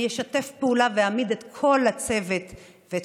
אני אשתף פעולה ואעמיד את כל הצוות ואת